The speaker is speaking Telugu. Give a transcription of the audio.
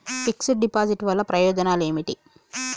ఫిక్స్ డ్ డిపాజిట్ వల్ల ప్రయోజనాలు ఏమిటి?